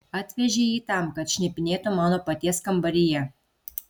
atvežei jį tam kad šnipinėtų mano paties kambaryje